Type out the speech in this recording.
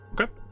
Okay